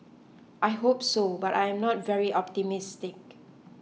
I hope so but I am not very optimistic